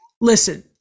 listen